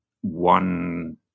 one